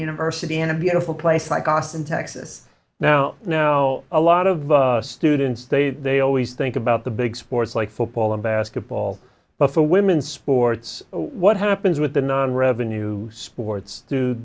university in a beautiful place like austin texas now know a lot of students they they always think about the big sports like football and basketball but for women's sports what happens with the non revenue sports to